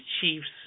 chiefs